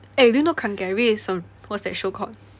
eh did you know kang gary is on what's that show called